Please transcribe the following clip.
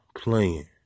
playing